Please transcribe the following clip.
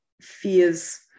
fears